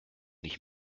nicht